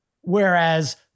Whereas